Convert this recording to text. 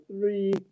three